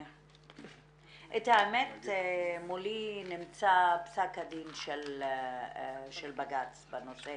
את האמת מולי נמצא פסק הדין של בג"ץ בנושא